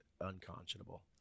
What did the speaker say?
unconscionable